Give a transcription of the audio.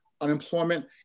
unemployment